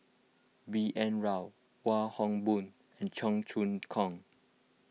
B N Rao Wong Hock Boon and Cheong Choong Kong